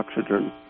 oxygen